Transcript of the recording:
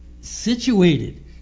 situated